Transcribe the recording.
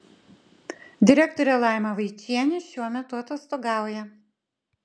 direktorė laima vaičienė šiuo metu atostogauja